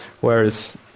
Whereas